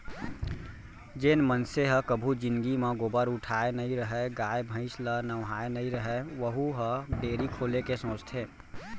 जेन मनसे ह कभू जिनगी म गोबर उठाए नइ रहय, गाय भईंस ल नहवाए नइ रहय वहूँ ह डेयरी खोले के सोचथे